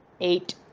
Eight